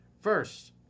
first